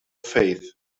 faith